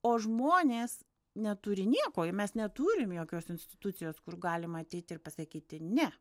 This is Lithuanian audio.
o žmonės neturi nieko i mes neturim jokios institucijos kur galima ateiti ir pasakyti ne